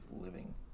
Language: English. living